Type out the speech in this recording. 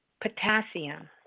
potassium